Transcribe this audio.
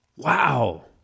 Wow